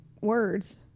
words